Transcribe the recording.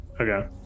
Okay